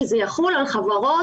שזה יחול על חברות